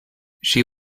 she